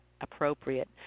appropriate